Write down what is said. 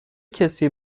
کسی